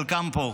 חלקם פה,